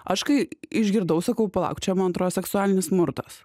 aš kai išgirdau sakau palauk čia man atrodo seksualinis smurtas